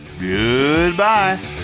Goodbye